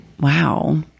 wow